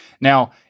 Now